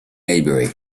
maybury